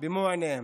במו עיניהם,